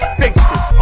faces